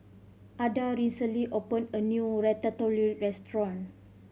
Adah recently opened a new Ratatouille Restaurant